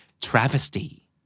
Travesty